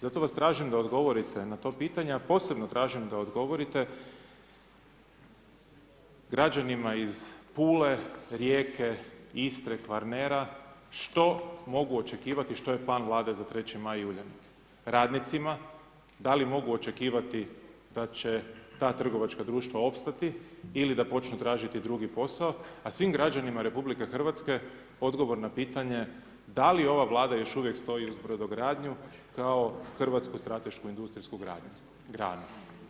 Zato vas tražim da odgovorite na to pitanje a posebno tražim da odgovorite građanima iz Pule, Rijeke, Istre, Kvarnera što mogu očekivati, što je plan Vlade za 3. Maj i Uljanik radnicima, da li mogu očekivati da će ta trgovačka društva opstati ili da počnu tražiti drugi posao a svim građanima RH odgovor na pitanje da li ova Vlada još uvijek stoji uz brodogradnju kao hrvatsku stratešku industrijsku granu?